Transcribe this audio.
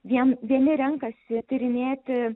vien vieni renkasi tyrinėti